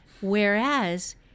Whereas